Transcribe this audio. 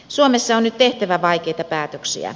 suomessa on nyt tehtävä vaikeita päätöksiä